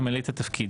למלא את התפקיד.